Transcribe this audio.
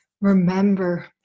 remember